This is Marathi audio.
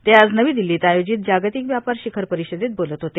ते आज नवी दिल्लीत आयोजित जागतिक व्यापार शिखर परिषदेत बोलत होते